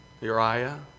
Uriah